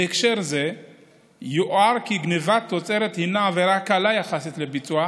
בהקשר זה יוער כי גנבת תוצרת הינה עבירה קלה יחסית לביצוע,